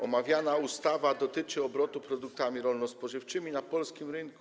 Omawiana ustawa dotyczy obrotu produktami rolno-spożywczymi na polskim rynku.